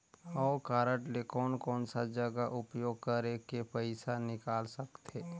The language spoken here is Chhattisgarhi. हव कारड ले कोन कोन सा जगह उपयोग करेके पइसा निकाल सकथे?